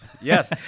Yes